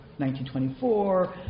1924